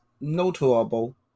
notable